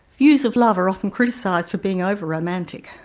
views of love are often criticised for being over-romantic,